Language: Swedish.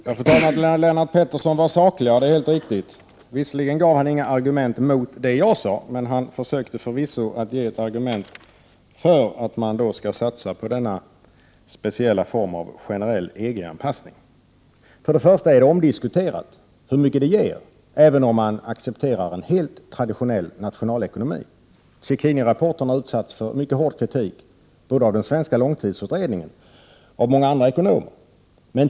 Fru talman! Det är helt riktigt att Lennart Pettersson var saklig. Han gav visserligen inget argument mot det jag sade, men han försökte förvisso att ge ett argument för en satsning på denna speciella form av generell EG anpassning. Det är omdiskuterat hur mycket detta skulle ge även om man accepterar en helt traditionell nationalekonomi. Cecchinirapporten har utsatts för mycket hård kritik av den svenska långtidsutredningen och av många andra ekonomer.